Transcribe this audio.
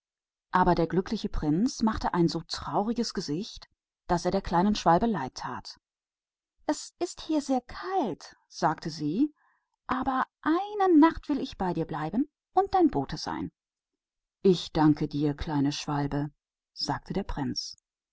aber der glückliche prinz sah so traurig aus daß es den kleinen schwälberich bekümmerte es ist sehr kalt hier sagte er aber ich will trotzdem diese eine nacht bei dir bleiben und dein bote sein ich danke dir kleiner vogel sagte der prinz